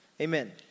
Amen